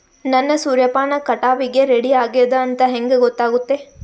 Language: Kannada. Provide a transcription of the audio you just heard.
ನನ್ನ ಸೂರ್ಯಪಾನ ಕಟಾವಿಗೆ ರೆಡಿ ಆಗೇದ ಅಂತ ಹೆಂಗ ಗೊತ್ತಾಗುತ್ತೆ?